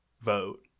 vote